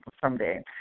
someday